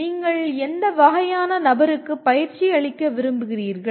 நீங்கள் எந்த வகையான நபருக்கு பயிற்சி அளிக்கவிரும்புகிறீர்கள்